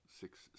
Six